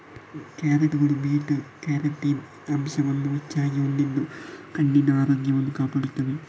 ಕ್ಯಾರೆಟುಗಳು beta carotene ಅಂಶವನ್ನು ಹೆಚ್ಚಾಗಿ ಹೊಂದಿದ್ದು ಕಣ್ಣಿನ ಆರೋಗ್ಯವನ್ನು ಕಾಪಾಡುತ್ತವೆ